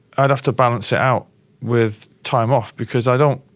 i'd have to balance it out with time off because i don't,